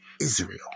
Israel